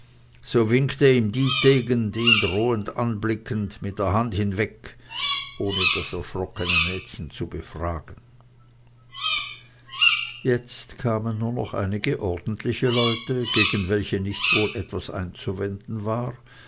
so winkte ihm dietegen ihn drohend anblickend mit der hand hinweg ohne das erschrockene mädchen zu befragen jetzt kamen nur noch einige ordentliche leute gegen welche nicht wohl etwas einzuwenden war